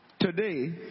Today